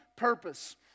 Purpose